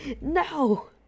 No